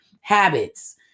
habits